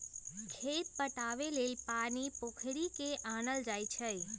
खेत पटाबे लेल पानी पोखरि से आनल जाई छै